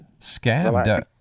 scammed